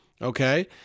Okay